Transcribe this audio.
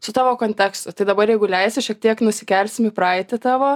su tavo kontekstu tai dabar jeigu leisi šiek tiek nusikelsim į praeitį tavo